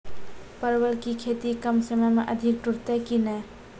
परवल की खेती कम समय मे अधिक टूटते की ने?